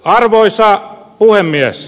arvoisa puhemies